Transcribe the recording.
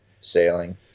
sailing